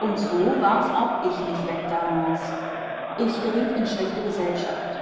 und so warf auch ich mich weg damals ich geriet in schlechte gesellschaft